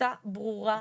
החלטה ברורה,